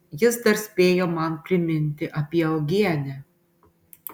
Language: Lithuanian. jis dar spėjo man priminti apie uogienę